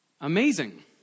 amazing